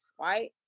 right